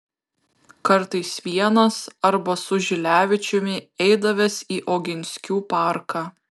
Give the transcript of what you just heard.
kartais vienas arba su žilevičiumi eidavęs į oginskių parką